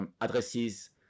addresses